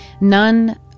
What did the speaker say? None